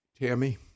tammy